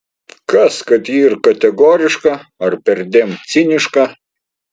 kas kad ji ir kategoriška ar perdėm ciniška